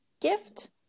gift